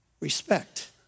Respect